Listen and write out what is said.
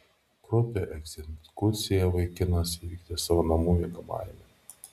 kraupią egzekuciją vaikinas įvykdė savo namų miegamajame